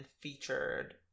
featured